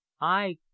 I